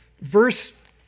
verse